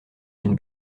d’une